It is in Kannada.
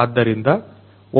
ಆದ್ದರಿಂದ